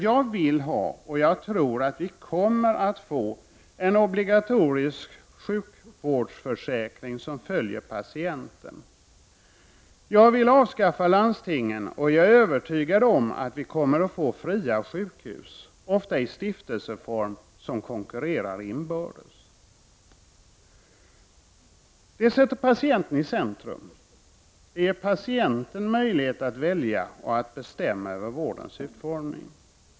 Jag vill ha och jag tror att vi kommer att få en obligatorisk sjukvårdsförsäkring som följer patienten. Jag vill avskaffa landstingen, och jag är övertygad om att vi kommer att få fria sjukhus, ofta i stiftelseform, som konkurrerar inbördes. Detta sätter patienten i centrum, och det ger patienten möjlighet att välja och att bestämma över vårdens utformning.